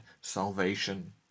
salvation